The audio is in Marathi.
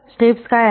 स्टेप्स काय आहेत